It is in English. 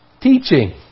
Teaching